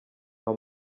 mpa